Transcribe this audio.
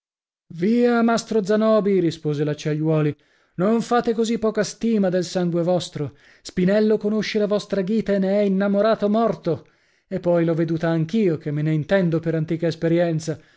via mastro zanobi rispose l'acciaiuoli non fate così poca stima del sangue vostro spinello conosce la vostra ghita e ne è innamorato morto e poi l'ho veduta anch'io che me ne intendo per antica esperienza